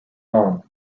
long